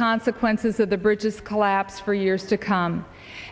consequences of the bridges collapse for years to come